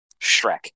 Shrek